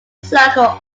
circle